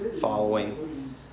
following